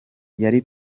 yari